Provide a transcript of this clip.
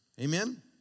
Amen